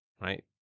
right